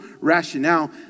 rationale